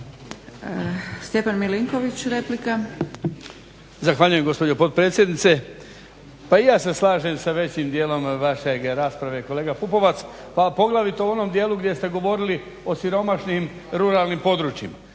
Stjepan Milinković, replika.